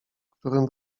którym